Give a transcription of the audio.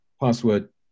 password